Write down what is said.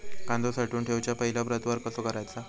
कांदो साठवून ठेवुच्या पहिला प्रतवार कसो करायचा?